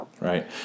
Right